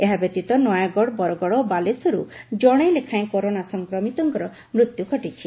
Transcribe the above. ଏହାବ୍ୟତୀତ ନୟାଗଡ଼ ବରଗଡ଼ ଏବଂ ବାଲେଶ୍ୱରରୁ ଜଣେ ଲେଖାଏଁ କରୋନା ସଂକ୍ରମିତଙ୍କ ମୃତ୍ୟୁ ହୋଇଛି